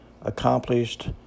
accomplished